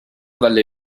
dalle